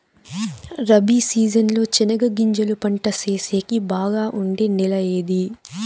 Rabi season లో చెనగగింజలు పంట సేసేకి బాగా ఉండే నెల ఏది?